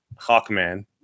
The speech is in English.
Hawkman